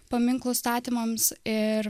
paminklų statymams ir